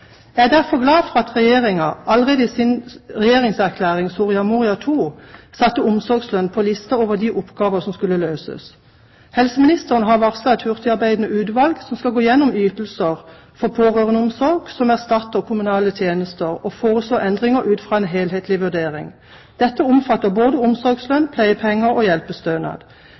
Jeg er derfor glad for at Regjeringen allerede i sin regjeringserklæring, Soria Mora II, satte omsorgslønn på listen over de omsorgsoppgaver som skulle løses. Helseministeren har varslet et hurtigarbeidende utvalg som skal gå igjennom ytelser for pårørendeomsorg som erstatter kommunale tjenester og foreslå endringer ut fra en helhetlig vurdering. Dette omfatter både omsorgslønn, pleiepenger og hjelpestønad.